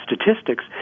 statistics